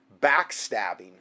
backstabbing